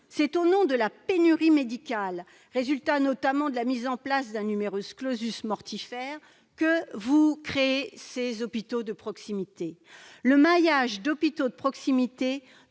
c'est au nom de la pénurie médicale, qui est notamment le résultat de la mise en place d'un mortifère, que vous créez ces hôpitaux de proximité. Le maillage d'hôpitaux de proximité